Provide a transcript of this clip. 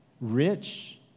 rich